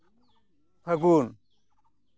ᱯᱷᱟᱹᱜᱩᱱ